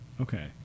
Okay